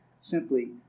simply